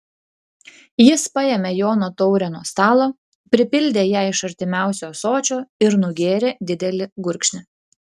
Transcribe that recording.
jis paėmė jono taurę nuo stalo pripildė ją iš artimiausio ąsočio ir nugėrė didelį gurkšnį